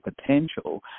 potential